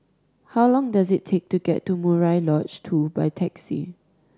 how long does it take to get to Murai Lodge Two by taxi